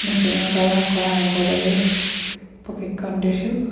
মেচিনৰ দ্বাৰা কৰা এমব্ৰইডাৰী প্ৰশিক্ষণ দিছোঁ